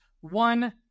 One